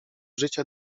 życia